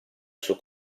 suo